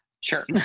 sure